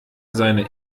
seine